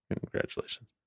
Congratulations